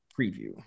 preview